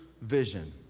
vision